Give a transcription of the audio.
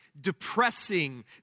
depressing